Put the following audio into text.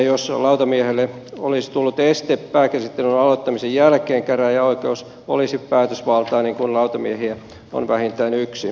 jos lautamiehelle olisi tullut este pääkäsittelyn aloittamisen jälkeen käräjäoikeus olisi päätösvaltainen kun lautamiehiä on vähintään yksi